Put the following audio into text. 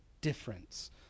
difference